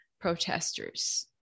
protesters